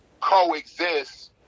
coexist